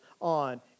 on